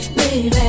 baby